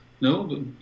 No